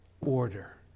order